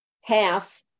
half